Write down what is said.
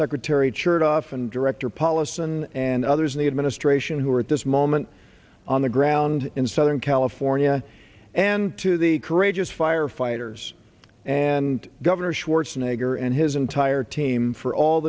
secretary chertoff and director paulison and others in the administration who are at this moment on the ground in southern california and to the courageous firefighters and governor schwarzenegger and his entire team for all